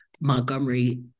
Montgomery